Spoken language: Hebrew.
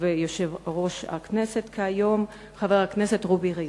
ויושב-ראש הכנסת כיום חבר הכנסת רובי ריבלין.